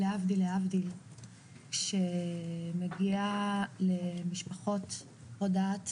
להבדיל, שמגיעה למשפחות הודעת